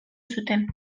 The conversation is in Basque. zuten